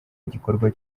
igikorwa